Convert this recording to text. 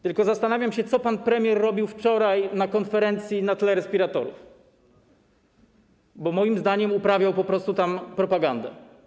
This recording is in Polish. Tylko zastanawiam się, co pan premier robił wczoraj na konferencji na tle respiratorów, bo moim zdaniem uprawiał tam po prostu propagandę.